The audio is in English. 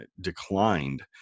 declined